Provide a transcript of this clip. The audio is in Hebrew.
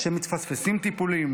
שמתפספסים טיפולים,